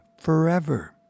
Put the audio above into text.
forever